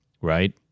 right